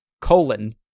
colon